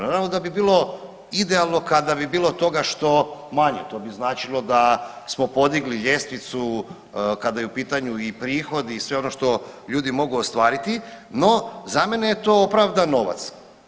Naravno da bi bilo idealno kada bi bilo toga što manje, to bi značilo da smo podigli ljestvicu kada je u pitanju i prihod i sve ono što ljudi mogu ostvariti, no za mene je to opravdan novac.